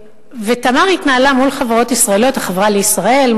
ו"תמר" התנהלה מול חברות ישראליות: מול "החברה לישראל",